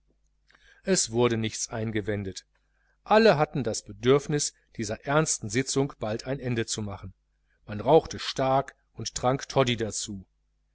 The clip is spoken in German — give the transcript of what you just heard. es wurde nichts eingewendet alle hatten das bedürfnis dieser ernsten sitzung bald ein ende zu machen man rauchte stark und trank toddy dazu